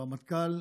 במטכ"ל,